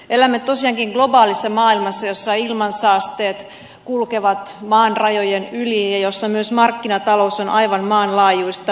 elämme tosiaankin globaalissa maailmassa jossa ilmansaasteet kulkevat maan rajojen yli ja jossa myös markkinatalous on aivan maanlaajuista